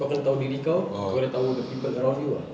kau kena tahu diri kau kau dah tahu the people around you ah